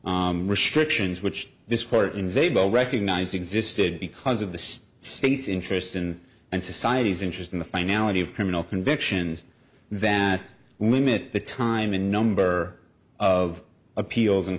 restrictions which this court is a bowl recognized existed because of the state's interest and and society's interest in the finality of criminal convictions that limit the time in number of appeals and